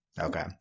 Okay